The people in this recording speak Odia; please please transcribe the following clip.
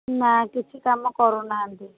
ନା କିଛି କାମ କରୁନାହାନ୍ତି